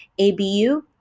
ABU